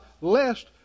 lest